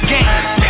Games